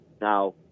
now